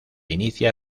inicia